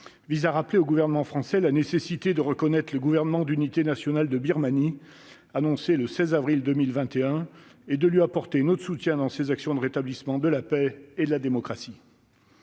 vise à rappeler au gouvernement français la nécessité de reconnaître le gouvernement d'unité nationale de Birmanie, dont la constitution a été annoncée le 16 avril 2021, et de lui apporter notre soutien dans ses actions de rétablissement de la paix et de la démocratie.